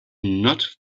not